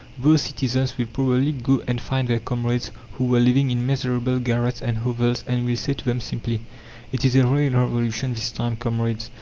those citizens will probably go and find their comrades who were living in miserable garrets and hovels and will say to them simply it is a real revolution this time, comrades,